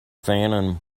phantom